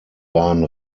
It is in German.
waren